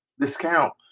discount